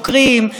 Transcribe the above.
המפכ"ל,